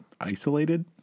isolated